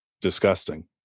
disgusting